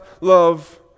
love